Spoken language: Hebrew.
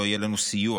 לא יהיה לנו סיוע